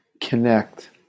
connect